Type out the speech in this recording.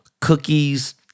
Cookies